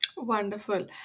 Wonderful